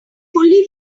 fully